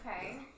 Okay